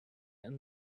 and